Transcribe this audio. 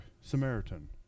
Samaritan